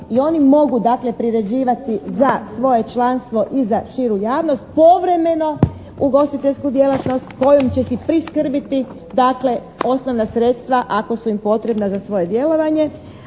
i oni mogu dakle priređivati za svoje članstvo i za širu javnost povremeno ugostiteljsku djelatnost kojom će si priskrbiti dakle osnovna sredstva ako su im potrebna za svoje djelovanje,